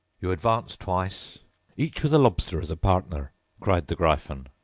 you advance twice each with a lobster as a partner cried the gryphon.